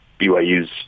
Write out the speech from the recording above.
BYU's